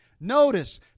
Notice